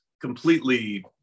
completely